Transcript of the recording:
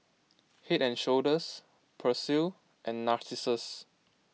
Head and Shoulders Persil and Narcissus